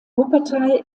wuppertal